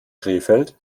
krefeld